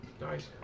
Nice